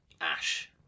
ash